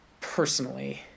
personally